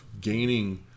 gaining